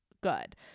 good